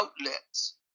outlets